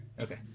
Okay